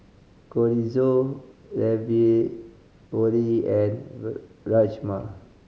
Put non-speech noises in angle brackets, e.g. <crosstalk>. Chorizo Ravioli and <unintelligible> Rajma